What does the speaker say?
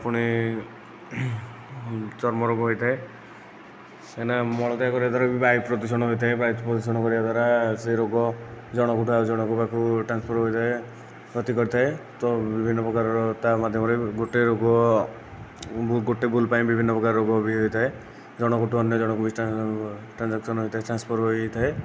ପୁଣି ଚର୍ମ ରୋଗ ହୋଇଥାଏ କାହିଁକିନା ମଳତ୍ୟାଗ କରିବା ଦ୍ଵାରା ବି ବାୟୁ ପ୍ରଦୂଷଣ ହୋଇଥାଏ ବାୟୁ ପ୍ରଦୂଷଣ କରିବା ଦ୍ଵାରା ସେ ରୋଗ ଜଣଙ୍କଠୁ ଆଉ ଜଣଙ୍କ ପାଖକୁ ଟ୍ରାନ୍ସଫର ହୋଇଥାଏ ଗତି କରିଥାଏ ତ ବିଭିନ୍ନ ପ୍ରକାରର ତା ମାଧ୍ୟମରେ ଗୋଟିଏ ରୋଗ ଗୋଟିଏ ଭୁଲ ପାଇଁ ବିଭିନ୍ନ ପ୍ରକାର ରୋଗ ବି ହୋଇଥାଏ ଜଣଙ୍କଠୁ ଅନ୍ୟ ଜଣକୁ ବି ଟ୍ରାଞ୍ଜାକ୍ସନ ହୋଇଥାଏ ଟ୍ରାନ୍ସଫର ହୋଇଥାଏ